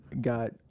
got